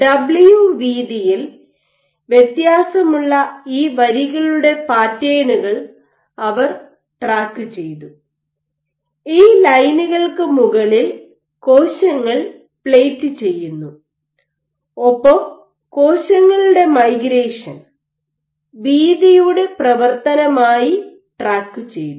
W വീതിയിൽ വ്യത്യാസമുള്ള ഈ വരികളുടെ പാറ്റേണുകൾ അവർ ട്രാക്കു ചെയ്തു ഈ ലൈനുകൾക്ക് മുകളിൽ കോശങ്ങൾ പ്ലേറ്റ് ചെയ്യുന്നു ഒപ്പം കോശങ്ങളുടെ മൈഗ്രേഷൻ വീതിയുടെ പ്രവർത്തനമായി ട്രാക്കു ചെയ്തു